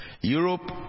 Europe